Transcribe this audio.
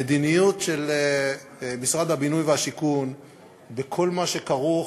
המדיניות של משרד הבינוי והשיכון בכל מה שכרוך